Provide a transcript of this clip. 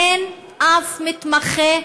אין אף מתמחה ערבי.